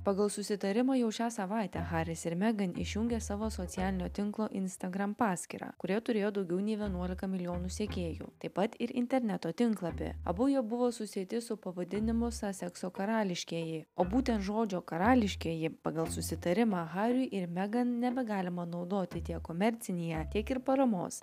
pagal susitarimą jau šią savaitę haris ir megan išjungė savo socialinio tinklo instagram paskyrą kuri turėjo daugiau nei vienuoliką milijonų sekėjų taip pat ir interneto tinklapį abu jie buvo susieti su pavadinimu sasekso karališkieji o būtent žodžio karališkieji pagal susitarimą hariui ir megan nebegalima naudoti tiek komercinėje tiek ir paramos